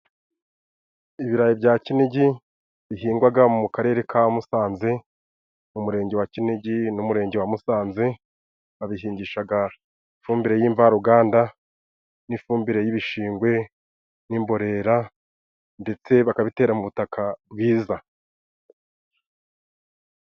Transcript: Ibirayi bya kinigi bihingwaga mu Karere ka Musanze mu Murenge wa Kinigi n'Umurenge wa Musanze, babihingishagara ifumbire y'imvaruganda n'ifumbire y'ibishingwe n'imborera ndetse bakababitera mu butaka bwiza.